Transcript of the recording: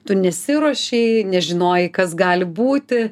tu nesiruošei nežinojai kas gali būti